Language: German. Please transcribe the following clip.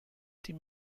dem